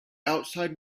outside